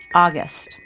august.